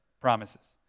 promises